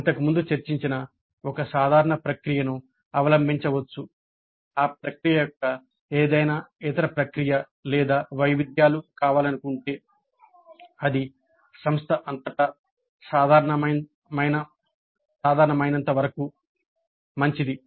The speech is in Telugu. మేము ఇంతకుముందు చర్చించిన ఒక సాధారణ ప్రక్రియను అవలంబించవచ్చు ఆ ప్రక్రియ యొక్క ఏదైనా ఇతర ప్రక్రియ లేదా వైవిధ్యాలు కావాలనుకుంటే అది సంస్థ అంతటా సాధారణమైనంతవరకు మంచిది